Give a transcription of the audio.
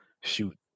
shoot